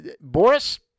Boris